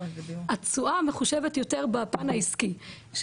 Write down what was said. התשואה מחושבת יותר בפן העסקי,